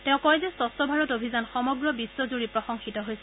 তেওঁ কয় যে স্ক্ছ ভাৰত অভিযান সমগ্ৰ বিশ্বজুৰি প্ৰশংসিত হৈছে